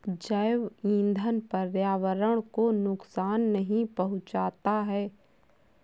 जैव ईंधन पर्यावरण को नुकसान नहीं पहुंचाता है